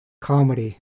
comedy